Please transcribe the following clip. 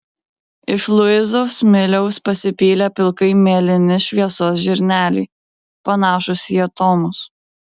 iš luizos smiliaus pasipylę pilkai mėlyni šviesos žirneliai panašūs į atomus